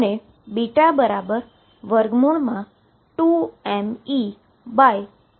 અહી ધ્યાનમાં રાખો કે E 0 છે